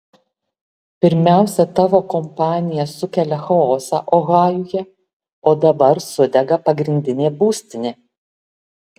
pirmiausia tavo kompanija sukelia chaosą ohajuje o dabar sudega pagrindinė būstinė